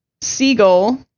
seagull